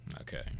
Okay